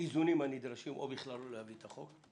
האיזונים הנדרשים או בכלל לא להביא את החוק.